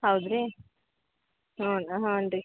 ಹೌದು ರೀ ಹ್ಞೂ ಹಾಂ ರೀ